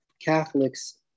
Catholics